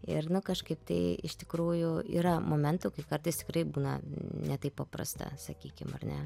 ir nu kažkaip tai iš tikrųjų yra momentų kai kartais tikrai būna ne taip paprasta sakykim ar ne